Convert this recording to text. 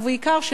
ובעיקר,